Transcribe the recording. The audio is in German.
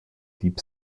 deep